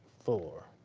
four.